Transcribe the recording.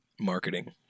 Marketing